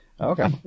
okay